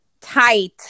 tight